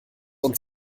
und